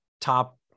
Top